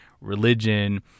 religion